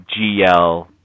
GL